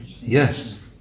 Yes